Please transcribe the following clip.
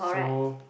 so